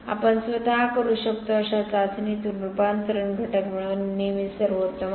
आपण स्वतः करू शकतो अशा चाचणीतून रूपांतरण घटक मिळवणे नेहमीच सर्वोत्तम आहे